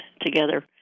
together